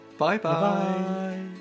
Bye-bye